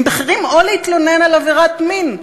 בכירים או להתלונן על עבירת מין,